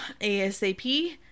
ASAP